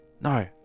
No